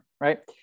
right